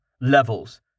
levels